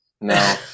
No